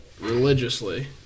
religiously